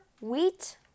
wheat